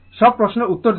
সব প্রশ্নের উত্তর দেবে